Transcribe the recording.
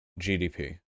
GDP